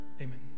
amen